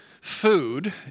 food